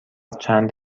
چند